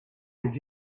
did